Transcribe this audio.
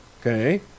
Okay